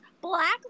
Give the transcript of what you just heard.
black